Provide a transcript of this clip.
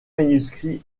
manuscrits